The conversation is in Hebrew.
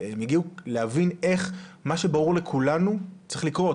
אשמח להבין איך מה שברור לכולנו יכול לקרות.